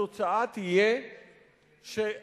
התוצאה תהיה שחבות